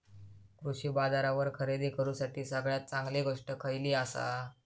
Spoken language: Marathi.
कृषी बाजारावर खरेदी करूसाठी सगळ्यात चांगली गोष्ट खैयली आसा?